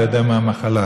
אתה יודע מה המחלה,